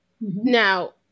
Now